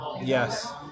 Yes